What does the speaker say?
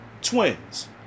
Twins